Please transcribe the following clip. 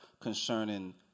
concerning